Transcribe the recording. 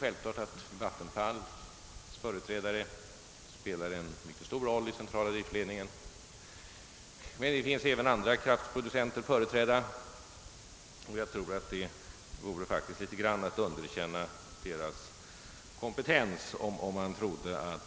Självfallet har Vattenfalls företrädare en mycket stor roll i centrala driftledningen, men där finns även andra kraftproducenter företrädda och det vore faktiskt att något underkänna deras kompetens att tro att